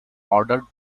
ordered